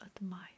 admire